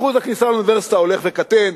אחוז הכניסה לאוניברסיטה הולך וקטן.